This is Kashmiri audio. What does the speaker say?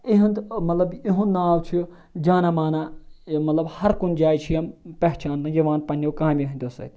یِہُنٛد مطلب یِہُنٛد ناو چھُ جانا مانا یہِ مطلب ہرکُنہِ جاے چھِ یِم پہچاننہٕ یِوان پنٛنیو کامیو ہٕنٛدیو سۭتۍ